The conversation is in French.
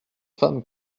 femme